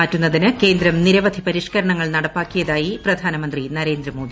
മാറ്റുന്നതിന് കേന്ദ്രം നിരവധി പരിഷ്കരണങ്ങൾ നടപ്പാക്കിയതായി പ്രധാനമന്ത്രി നരേന്ദ്രമോദി